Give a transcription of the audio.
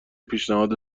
پیشنهاد